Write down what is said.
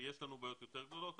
יש לנו בעיות יותר גדולות,